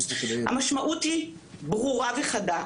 המשמעות ברורה וחדה,